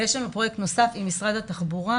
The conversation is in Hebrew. ויש לנו פרויקט נוסף עם משרד התחבורה,